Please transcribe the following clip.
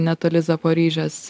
netoli zaparižės